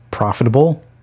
profitable